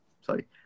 sorry